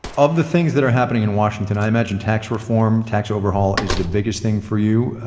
of the things that are happening in washington, i imagine tax reform, tax overhaul is the biggest thing for you.